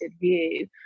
view